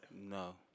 No